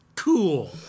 Cool